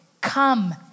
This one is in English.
come